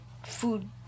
Food